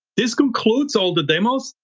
this concludes all the demos.